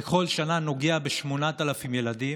וכל שנה נוגע ב-8,000 ילדים,